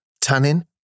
tannin